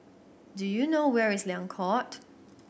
do you know where is Liang Court